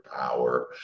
power